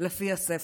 לפי הספר.